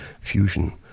fusion